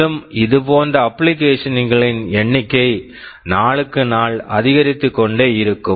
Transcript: மேலும் இதுபோன்ற application application களின் எண்ணிக்கை நாளுக்கு நாள் அதிகரித்துக்கொண்டே இருக்கும்